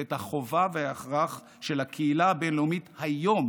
ואת החובה וההכרח של הקהילה הבין-לאומית היום